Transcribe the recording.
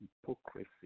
hypocrisy